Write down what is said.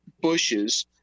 bushes